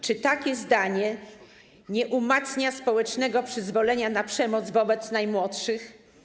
Czy takie zdanie nie umacnia społecznego przyzwolenia na przemoc wobec najmłodszych?